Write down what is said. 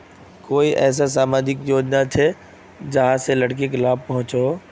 कोई ऐसा सामाजिक योजना छे जाहां से लड़किक लाभ पहुँचो हो?